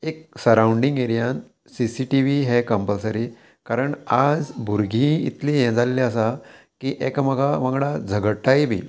एक सरावंडींग एरियांत C C T V हे कंपलसरी कारण आज भुरगीं इतली हें जाल्लीं आसा की एकामेकां वांगडा झगडटाय बी